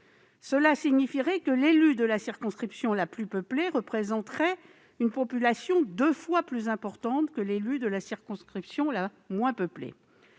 Cela signifie que l'élu de la circonscription la plus peuplée représenterait une population deux fois plus importante que l'élu de la circonscription la moins peuplée.